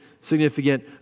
significant